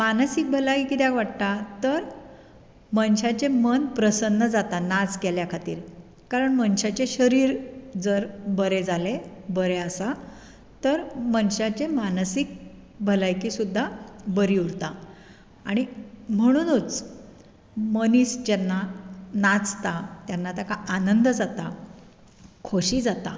मानसीक भलायकी कित्याक वाडटा तर मनशाचें मन प्रसन्न जाता नाच केल्ल्या खातीर कारण मनशाचें शरीर जर बरें जालें बरें आसा तर मनशाची मानसीक भलायकी सुद्दा बरी उरता आनी म्हणुनूच मनीस जेन्ना नाचता तेन्ना ताका आनंद जाता खोशी जाता